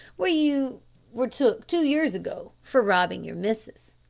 where you were took two years ago for robbing your missus.